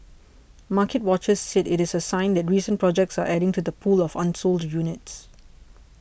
market watchers said it's a sign that recent projects are adding to the pool of unsold units